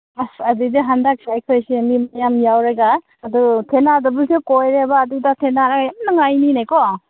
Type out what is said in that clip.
ꯑꯁ ꯑꯗꯨꯗꯤ ꯍꯟꯗꯛꯁꯨ ꯑꯩꯈꯣꯏꯁꯦ ꯃꯤ ꯃꯌꯥꯝ ꯌꯥꯎꯔꯒ ꯑꯗꯣ ꯊꯦꯡꯅꯗꯕꯁꯨ ꯀꯨꯏꯔꯦꯕ ꯑꯗꯨꯗ ꯊꯦꯡꯅꯔꯒ ꯌꯥꯝ ꯅꯨꯡꯉꯥꯏꯅꯤꯅꯦ ꯀꯣ